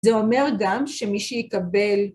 זה אומר גם שמי שיקבל...